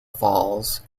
falls